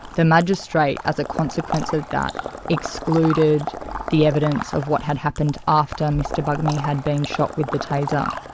the magistrate as a consequence of that excluded the evidence of what had happened after mr bugmy had been shot with the taser.